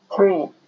Three